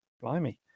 blimey